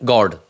God